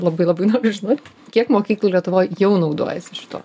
labai labai noriu žinot kiek mokyklų lietuvoj jau naudojasi šituo